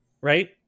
right